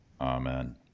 Amen